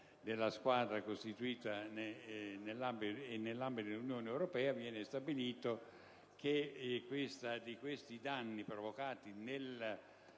Grazie